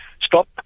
Stop